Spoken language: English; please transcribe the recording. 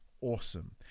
awesome